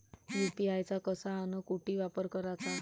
UPI चा कसा अन कुटी वापर कराचा?